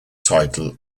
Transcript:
title